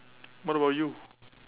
what about you